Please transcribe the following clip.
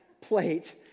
plate